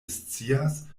scias